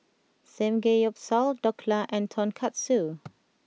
Samgeyopsal Dhokla and Tonkatsu